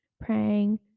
praying